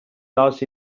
loss